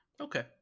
Okay